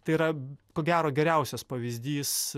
tai yra ko gero geriausias pavyzdys